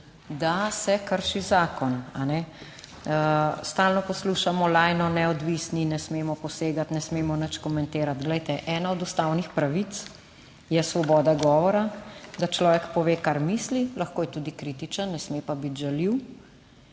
da se krši zakon. Stalno poslušamo lajno, neodvisni ne smemo posegati, ne smemo nič komentirati, glejte, ena od ustavnih pravic je svoboda govora, da človek pove kar misli, lahko je tudi kritičen, ne sme pa biti žaljiv.